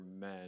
men